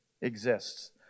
exists